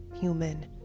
human